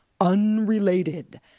unrelated